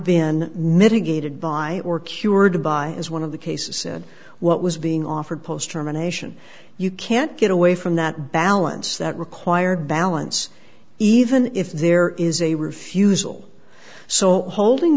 been mitigated by or cured by as one of the cases said what was being offered post germination you can't get away from that balance that required balance even if there is a refusal so holding